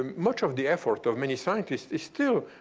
um much of the effort of many scientists is still,